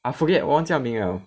I forget 我忘记他名了